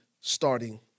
starting